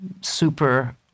super